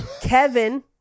Kevin